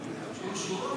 שו?